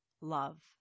love